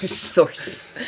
sources